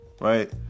right